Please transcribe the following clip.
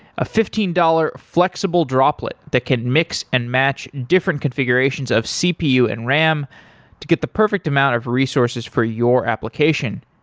a fifteen dollars flexible droplet that can mix and match different configurations of cpu and ram to get the perfect amount of resources for your application.